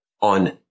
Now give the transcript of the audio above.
on